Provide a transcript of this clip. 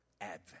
Advent